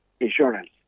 insurance